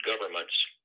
governments